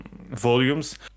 volumes